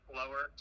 lower